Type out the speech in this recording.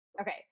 okay